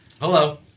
Hello